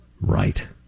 Right